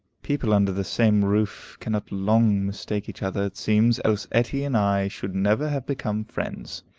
people under the same roof cannot long mistake each other, it seems, else etty and i should never have become friends.